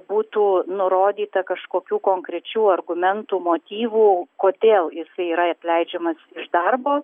būtų nurodyta kažkokių konkrečių argumentų motyvų kodėl jisai yra atleidžiamas iš darbo